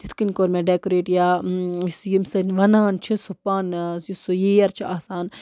تِتھ کَنۍ کوٚر مےٚ ڈٮ۪کُوریٹ یا یُس ییٚمہِ سۭتۍ وَنان چھِ سُہ پَن یُس سُہ یِیَر چھِ آسان